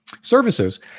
services